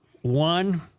one